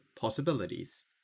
possibilities